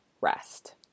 rest